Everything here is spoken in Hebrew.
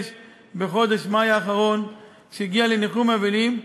בחודש מאי האחרון כשהגיע לניחום אבלים,